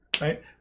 right